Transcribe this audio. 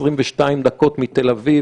22 דקות מתל אביב,